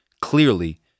clearly